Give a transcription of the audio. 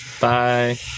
Bye